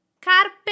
Carpe